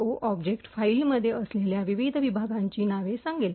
ओ object फाइलमध्ये असलेल्या विविध विभागांची नावे सांगेल